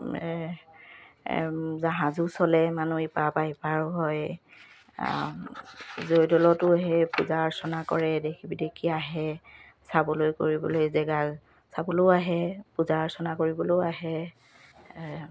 জাহাজো চলে মানুহ ইপাৰৰ পৰা সিপাৰো হয় জয়দৌলতো সেই পূজা অৰ্চনা কৰে দেশী বিদেশী আহে চাবলৈ কৰিবলৈ জেগা চাবলৈও আহে পূজা অৰ্চনা কৰিবলৈও আহে